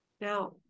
Now